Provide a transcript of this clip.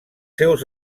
seus